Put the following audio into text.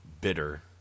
bitter